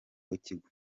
w’ikigo